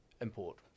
import